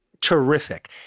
terrific